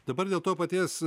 dabar dėl to paties